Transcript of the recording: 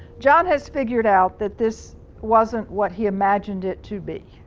john has figured out that this wasn't what he imagined it to be.